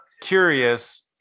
curious